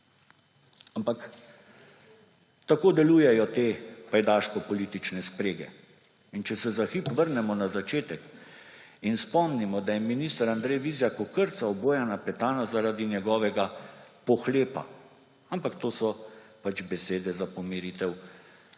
Ampak, tako delujejo te pajdaško politične sprege. In če se za hip vrnemo na začetek in spomnimo, da je minister Andrej Vizjak okrcal Bojana Petana zaradi njegovega pohlepa, ampak to so pač besede za pomiritev